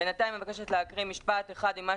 בינתיים אני מבקשת לקרוא משפט אחד ממה